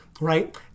right